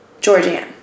Georgian